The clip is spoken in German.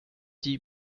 die